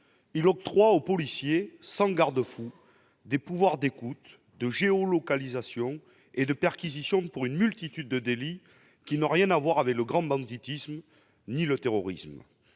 Il octroie aux policiers, sans garde-fous, des pouvoirs d'écoute, de géolocalisation et de perquisition pour une multitude de délits qui n'ont rien à voir avec le grand banditisme ni avec le terrorisme.